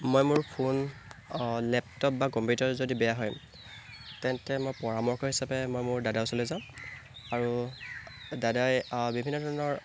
মই মোৰ phone laptop বা কম্পিউটাৰ যদি বেয়া হয় তেন্তে মই পৰামৰ্শ হিচাপে মই মোৰ দাদাৰ ওচৰলৈ যাওঁ আৰু দাদাই বিভিন্ন ধৰণৰ